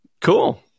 Cool